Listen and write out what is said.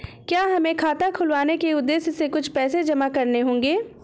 क्या हमें खाता खुलवाने के उद्देश्य से कुछ पैसे जमा करने होंगे?